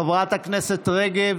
חברת הכנסת רגב.